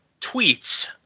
tweets